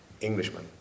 Englishman